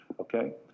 Okay